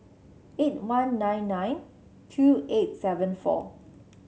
eight one nine nine two eight seven four